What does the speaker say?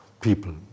people